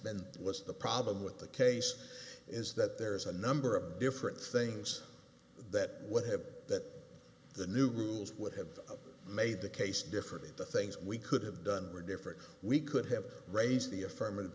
been what's the problem with the case is that there's a number of different things that would have that the new rules would have made the case different the things we could have done were different we could have raised the affirmative